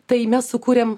tai mes sukūrėm